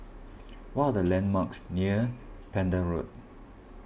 what are the landmarks near Pender Road